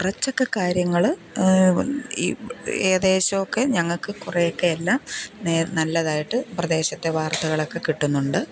കുറച്ചൊക്കെ കാര്യങ്ങൾ ഈ ഏകദേശമൊക്കെ ഞങ്ങൾക്ക് കുറേയൊക്കെ എല്ലാം നല്ലതായിട്ട് പ്രദേശത്തെ വാർത്തകളൊക്കെ കിട്ടുന്നുണ്ട്